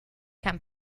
come